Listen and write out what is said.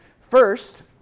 First